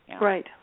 Right